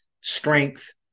strength